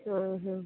ହୁଁ